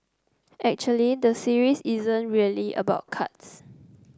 actually the series isn't really about cards